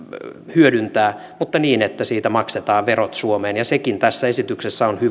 hyödyntää mutta niin että siitä maksetaan verot suomeen sekin tässä esityksessä on hyvää